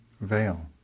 veil